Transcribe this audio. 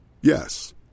Yes